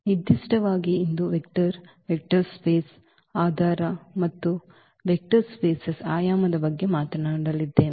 ನಿರ್ದಿಷ್ಟವಾಗಿ ಇಂದು vector vector space ಸ್ಥಳಗಳ ಆಧಾರ ಮತ್ತು ವೆಕ್ಟರ್ spaces ಆಯಾಮದ ಬಗ್ಗೆ ಮಾತನಾಡಲಿದೆ